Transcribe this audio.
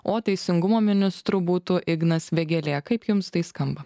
o teisingumo ministru būtų ignas vėgėlė kaip jums tai skamba